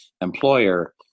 employer